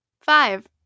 five